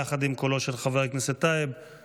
יחד עם קולו של חבר הכנסת טייב,